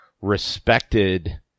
respected